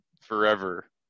forever